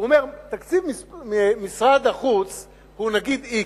הוא אומר שתקציב משרד החוץ הוא, נגיד x.